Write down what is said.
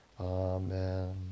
Amen